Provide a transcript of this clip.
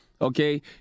Okay